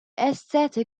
aesthetic